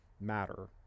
matter